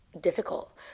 difficult